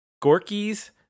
Gorky's